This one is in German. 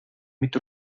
mit